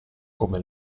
come